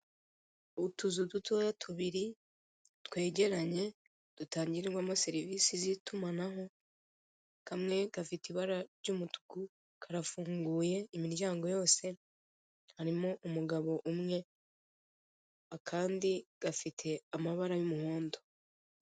Utuzu dutoya tubiri twegeranye, utangirwamo serivisi z'itumanaho. Kamwe gafite ibara ry'umutuku karafunguye imiryango yose, karimo umugabo umwe. Akandi gafite amabara y'umuhondo.